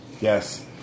yes